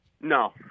No